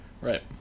right